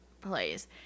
plays